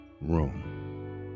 room